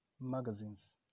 magazines